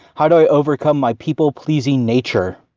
how do i overcome my people pleasing nature?